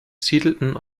siedelten